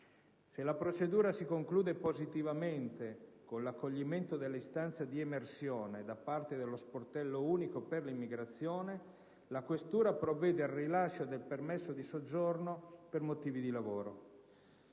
Se la procedura si conclude positivamente con l'accoglimento dell'istanza di emersione da parte dello sportello unico per l'immigrazione, la questura provvede al rilascio del permesso di soggiorno per motivi di lavoro.